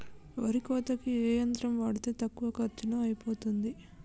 వరి కోతకి ఏ యంత్రం వాడితే తక్కువ ఖర్చులో అయిపోతుంది?